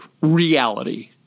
reality